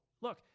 look